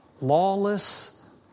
lawless